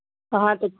کہاں تک